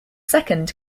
second